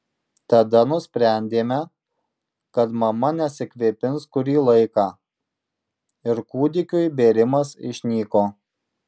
tada nusprendėme kad mama nesikvėpins kurį laiką ir kūdikiui bėrimas išnyko